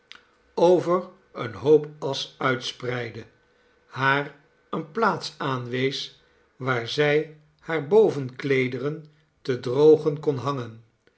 over een hoop asch uitspreidde haar eene plaats aanwees waar zij haar bovenkleederen te drogen kon hangen